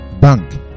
Bank